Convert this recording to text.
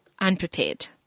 unprepared